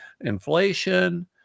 inflation